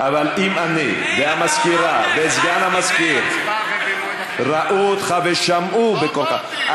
אבל אם אני והמזכירה וסגן המזכיר ראו אותך ושמעו בקולך,